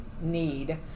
need